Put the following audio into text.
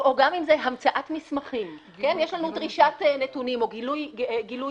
או גם אם זאת המצאת מסמכים יש לנו דרישת נתונים או גילוי מסמכים.